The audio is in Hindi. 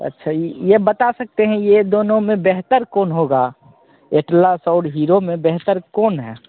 तो अच्छा यह यह बता सकते हैं यह दोनों में बेहतर कौन होगा एटलस और हीरो में बेहतर कौन है